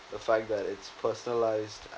the fact that it's personalised